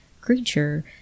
creature